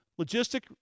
Logistic